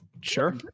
Sure